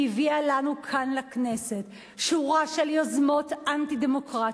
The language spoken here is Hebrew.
היא הביאה לנו כאן לכנסת שורה של יוזמות אנטי-דמוקרטיות